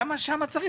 למה שם צריך?